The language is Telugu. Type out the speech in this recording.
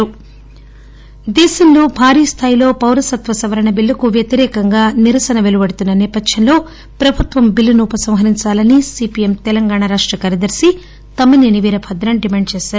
సిపిఎం తమ్మి నేని వీరభద్రం దేశంలో భారీ స్థాయిలో పౌరసత్వ సవరణ బిల్లుకు వ్యతిరేకంగా నిరసన పెలువడుతున్న సేపథ్యంలో ప్రభుత్వం బిల్లును ఉపసంహరించాలని సిపిఎం తెలంగాణ రాష్ట కార్యదర్శి తమ్మినేని వీరభద్రం డిమాండ్ చేశారు